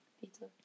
pizza